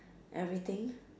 everything